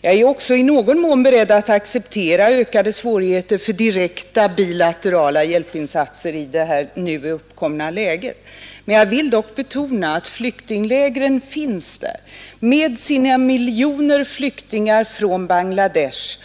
Jag är också i någon mån beredd att acceptera att det blivit ökade svårigheter för direkta bilaterala hjälpinsatser i det nu uppkomna läget. Jag vill dock betona att flyktinglägren finns där med sina miljoner flyktingar från Bangla Desh.